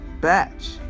batch